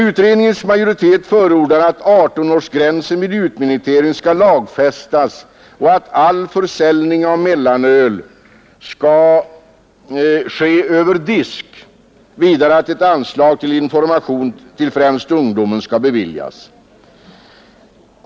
Utredningens majoritet förordar att 18-årsgränsen vid utminutering skall lagfästas och att all försäljning av mellanöl skall ske över disk samt att ett anslag till information till främst ungdomen skall beviljas.